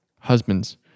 husbands